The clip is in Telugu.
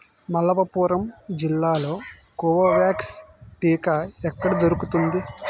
మళవపురం జిల్లాలో కోవ్యాక్స్ టీకా ఎక్కడ దొరుకుతుంది